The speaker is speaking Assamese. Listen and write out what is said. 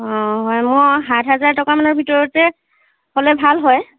অ' হয় মই সাত হেজাৰ টকা মানৰ ভিতৰতে হ'লে ভাল হয়